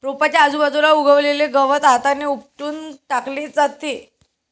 रोपाच्या आजूबाजूला उगवलेले गवतही हाताने उपटून टाकले जाते